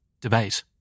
Debate